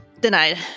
Denied